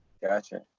gotcha